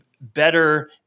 better